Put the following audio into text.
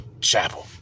Chapel